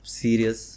serious